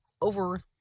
over